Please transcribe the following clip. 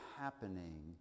happening